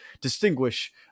distinguish